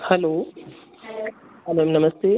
hello हाँ ma'am नमस्ते